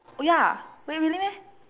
oh ya wait really meh